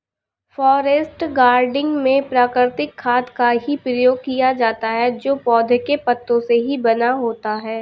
forest gardening में प्राकृतिक खाद का ही प्रयोग किया जाता है जो पौधों के पत्तों से ही बना होता है